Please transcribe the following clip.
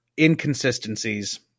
inconsistencies